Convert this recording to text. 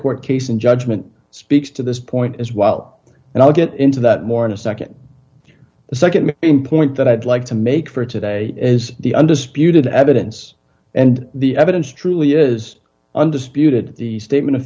court case and judgment speaks to this point as well and i'll get into that more and a nd the nd point that i'd like to make for today is the undisputed evidence and the evidence truly is under spewed the statement